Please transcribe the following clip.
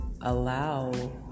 allow